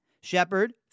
Shepard